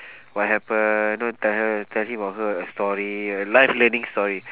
what happen know tell her tell him or her a story life learning story